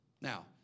Now